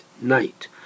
night